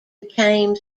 became